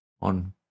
on